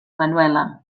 manuela